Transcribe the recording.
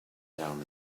down